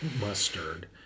mustard